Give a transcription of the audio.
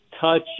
touch